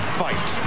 fight